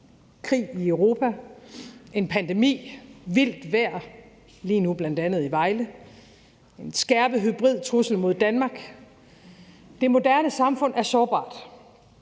krig i Europa, en pandemi, vildt vejr, som lige nu bl.a. i Vejle, og en skærpet hybrid trussel mod i Danmark. Det moderne samfund er sårbart.